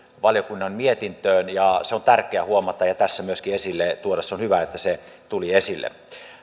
valiokunnan mietintöön ja se on tärkeä huomata ja tässä myöskin esille tuoda on hyvä että se tuli esille